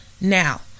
Now